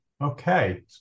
Okay